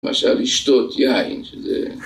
למשל לשתות יין שזה